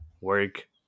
work